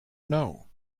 know